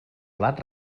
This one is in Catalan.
blat